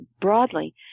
broadly